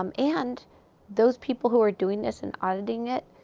um and those people who are doing this and auditing it,